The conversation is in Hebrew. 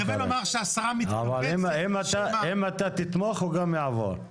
אם אתה תתמוך הוא גם יעבור.